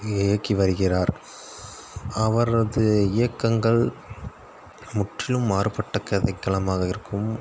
இயக்கி வருகிறார் அவரது இயக்கங்கள் முற்றிலும் மாறுபட்ட கதைக்களமாக இருக்கும்